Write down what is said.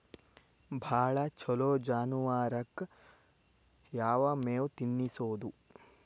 ಭಾಳ ಛಲೋ ಜಾನುವಾರಕ್ ಯಾವ್ ಮೇವ್ ತಿನ್ನಸೋದು?